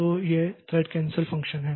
तो ये thread cancel function हैं